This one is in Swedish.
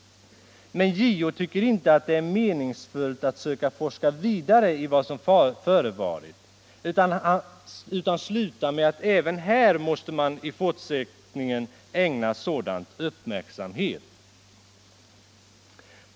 Men JO tycker inte att det är meningsfullt att söka forska vidare i vad som förevarit utan slutar med att även här måste man i fortsättningen ägna sådant uppmärksamhet.